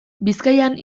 bizkaian